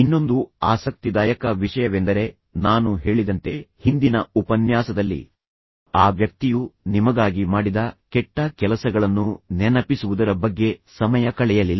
ಇನ್ನೊಂದು ಆಸಕ್ತಿದಾಯಕ ವಿಷಯವೆಂದರೆ ನಾನು ಹೇಳಿದಂತೆ ಹಿಂದಿನ ಉಪನ್ಯಾಸದಲ್ಲಿ ಆ ವ್ಯಕ್ತಿಯು ನಿಮಗಾಗಿ ಮಾಡಿದ ಕೆಟ್ಟ ಕೆಲಸಗಳನ್ನು ನೆನಪಿಸುವುದರ ಬಗ್ಗೆ ಸಮಯ ಕಳೆಯಲಿಲ್ಲ